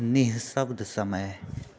निःशब्द समय